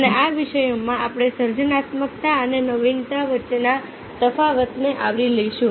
અને આ વિષયોમાં આપણે સર્જનાત્મકતા અને નવીનતા વચ્ચેના તફાવતને આવરી લઈશું